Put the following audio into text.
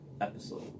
episode